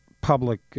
public